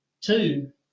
Two